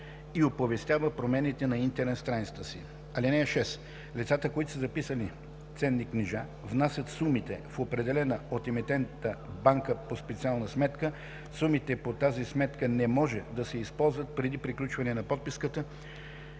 и оповестява промените на интернет страницата си.